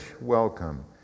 welcome